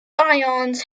ions